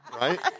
Right